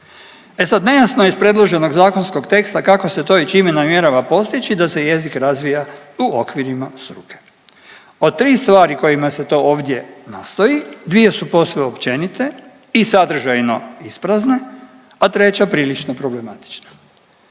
E sad nejasno je iz predloženog zakonskog teksta kako se to i čime namjera postići da se jezik razvija u okvirima struke. Od tri stvari kojima se to ovdje nastoji dvije su posve općenite i sadržajno isprazne, a treća prilično problematična.